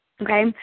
okay